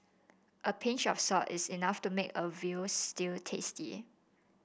a pinch of salt is enough to make a veal stew tasty